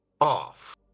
off